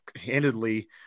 handedly